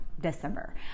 December